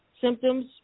symptoms